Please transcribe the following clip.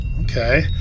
Okay